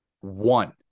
One